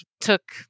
took